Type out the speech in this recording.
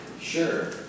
sure